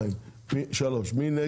הצבעה נגד